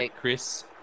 Chris